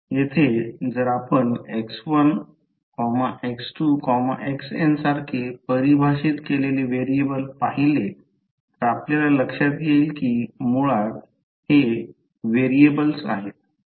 येथे जर आपण x1 x2 xn सारखे परिभाषित केलेले व्हेरिएबल पाहिले तर आपल्या लक्ष्यात येईल कि मुळात ते व्हेरिएबल आहेत